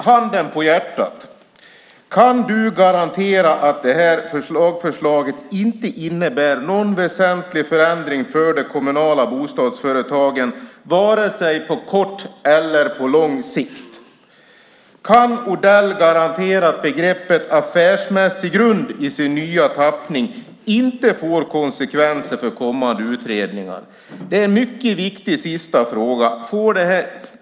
Handen på hjärtat, Odell: Kan du garantera att det här lagförslaget inte innebär någon väsentlig förändring för de kommunala bostadsföretagen vare sig på kort eller på lång sikt? Kan Odell garantera att begreppet "affärsmässig grund" i sin nya tappning inte får konsekvenser för kommande utredningar? Den sista frågan är mycket viktig.